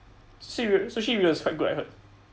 sushir~ sushiro is quite good as I heard